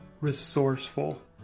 resourceful